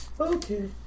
okay